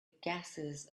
gases